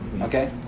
Okay